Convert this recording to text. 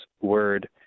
word